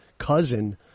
cousin